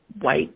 white